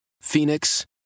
Phoenix